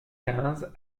quinze